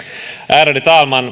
ärade talman